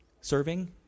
serving